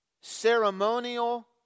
ceremonial